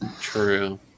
True